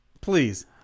Please